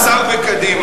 על המוסר בקדימה.